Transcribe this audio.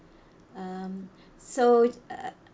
um so uh